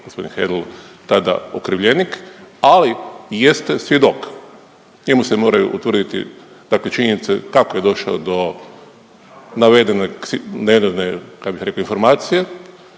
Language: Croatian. g. Hedl tada okrivljenih, ali jeste svjedok. Njemu se moraju utvrditi dakle činjenice kako je došao do navedenog, navedene, ja bih rekao informacije,